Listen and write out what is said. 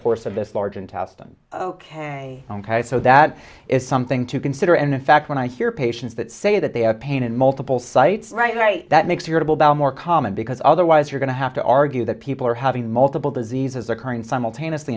course of this large intestine ok so that is something to consider and in fact when i hear patients that say that they have pain in multiple sites right right that makes your double down more common because otherwise you're going to have to argue that people are having multiple diseases occurring simultaneously